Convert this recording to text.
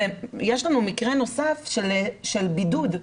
יש לנו מקרה נוסף של בידוד.